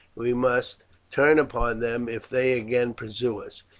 we must turn upon them if they again pursue us.